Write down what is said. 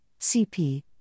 CP